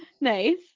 Nice